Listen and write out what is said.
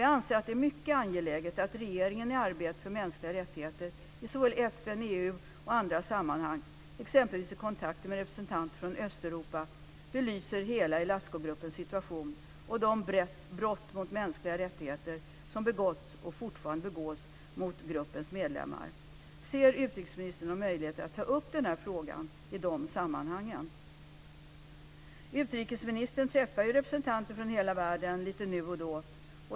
Jag anser att det är mycket angeläget att regeringen i arbetet för mänskliga rättigheter i såväl FN, EU som i andra sammanhang, exempelvis vid kontakter med representanter från Östeuropa, belyser hela Ilascugruppens situation och de brott mot mänskliga rättigheter som begåtts och fortfarande begås mot gruppens medlemmar. Ser utrikesministern någon möjlighet att ta upp den här frågan i dessa sammanhang? Utrikesministern träffar ju representanter från hela världen lite nu och då.